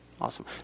Awesome